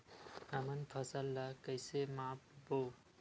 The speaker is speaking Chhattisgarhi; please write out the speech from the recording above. हमन फसल ला कइसे माप बो?